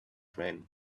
friend